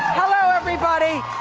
hello, everybody.